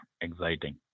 exciting